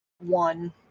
one